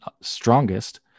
strongest